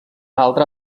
altra